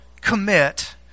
commit